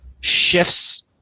shifts